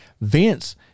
Vince